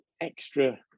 extra